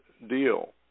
deal